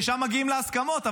ששם מגיעים להסכמות.